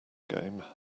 game